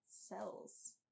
cells